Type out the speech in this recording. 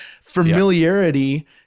familiarity